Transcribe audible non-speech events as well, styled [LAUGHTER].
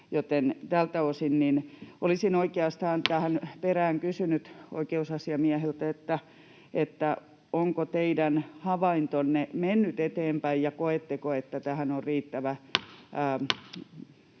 olisin oikeastaan tähän perään [NOISE] kysynyt oikeusasiamieheltä: onko teidän havaintonne mennyt eteenpäin, ja koetteko, että tähän on [Puhemies